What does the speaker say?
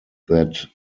that